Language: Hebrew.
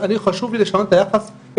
אני חשוב לי לשנות את החשיבה,